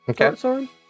Okay